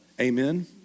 amen